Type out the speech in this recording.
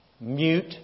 mute